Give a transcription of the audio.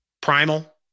Primal